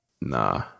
Nah